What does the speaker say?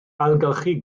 ailgylchu